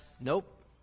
nope